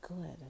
good